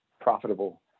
profitable